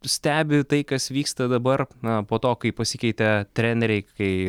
stebi tai kas vyksta dabar na po to kai pasikeitė treneriai kai